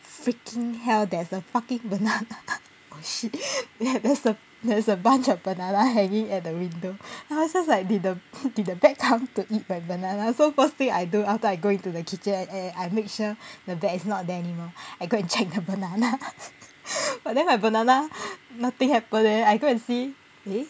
freaking hell there's a fucking banana oh shit there's a there's a bunch of banana hanging at the window then I was just like did the did the bat come to eat banana so first thing I do after I go into the kitchen and and I make sure that the bat is not there anymore I go and check the banana but then my banana nothing happened eh then I go and see eh